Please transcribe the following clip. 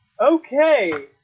Okay